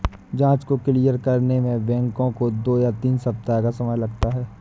जाँच को क्लियर करने में बैंकों को दो या तीन सप्ताह का समय लगता है